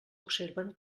observen